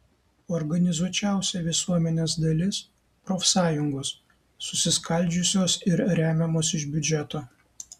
organizuočiausia visuomenės dalis profsąjungos susiskaldžiusios ir remiamos iš biudžeto